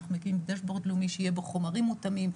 אנחנו מקימים דשבורד לאומי שיהיה בו חומרים מותאמים.